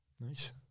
Nice